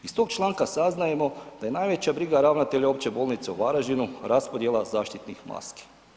Iz tog članka saznajemo da je najveća briga ravnatelja Opće bolnice u Varaždinu raspodjela zaštitnih maski.